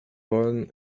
wollen